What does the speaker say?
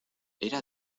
era